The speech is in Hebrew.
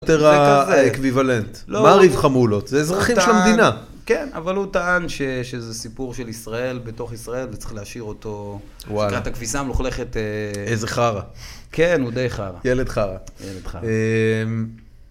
יותר אקוויבלנט, מה ריב חמולות, זה אזרחים של המדינה. כן, אבל הוא טען שזה סיפור של ישראל בתוך ישראל וצריך להשאיר אותו. וואלה. שקרת הכפיסה מלוכלכת. איזה חרא. כן, הוא די חרא. ילד חרא. ילד חרא.